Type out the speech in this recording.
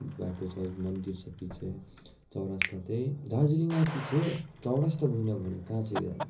बाटो छ मन्दिर छ पिच्छे चौरस्ता त्यहीँ दार्जिलिङ आएपछि चौरस्ता गएन भने कहाँ चाहिँ जानु